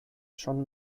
schon